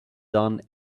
done